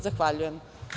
Zahvaljujem.